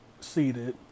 Seated